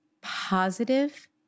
positive